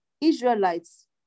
Israelites